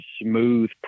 smooth